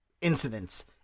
incidents